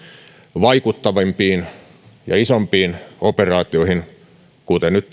vaikuttavampiin ja isompiin operaatioihin kuten nyt